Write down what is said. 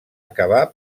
acabar